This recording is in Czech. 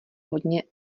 hodně